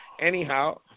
Anyhow